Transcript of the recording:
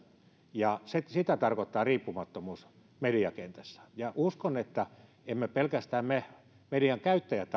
ja sitä tarkoittaa riippumattomuus mediakentässä uskon että emme pelkästään me median käyttäjät